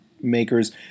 makers